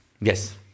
Yes